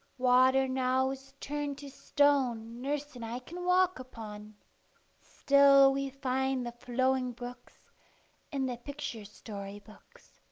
water now is turned to stone nurse and i can walk upon still we find the flowing brooks in the picture story-books.